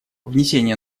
внесение